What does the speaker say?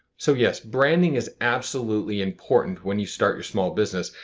so yes, branding is absolutely important when you start your small business.